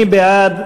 מי בעד?